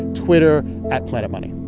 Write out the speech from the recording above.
twitter at planetmoney